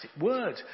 word